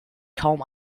kaum